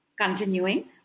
continuing